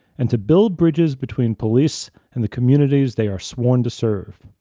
and to build bridges between police and the communities they are sworn to serve.